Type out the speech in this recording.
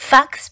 Fox